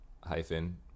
hyphen